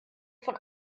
von